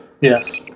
Yes